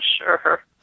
sure